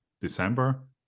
December